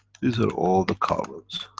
these are all the carbons.